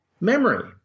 memory